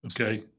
Okay